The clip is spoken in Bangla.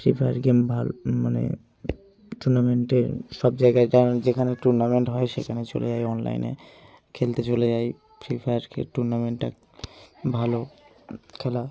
ফ্রি ফায়ার গেম ভালো মানে টুর্নামেন্টে সব জায়গায় যা যেখানে টুর্নামেন্ট হয় সেখানে চলে যাই অনলাইনে খেলতে চলে যাই ফ্রি ফায়ার খে টুর্নামেন্টটা ভালো খেলা